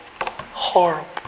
horrible